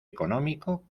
económico